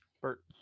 Bert